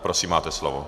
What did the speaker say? Prosím, máte slovo.